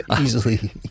easily